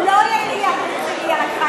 לא עיריית הרצליה לקחה את זה לעצמה.